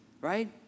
right